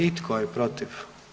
I tko je protiv?